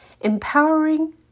Empowering